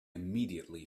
immediately